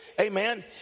Amen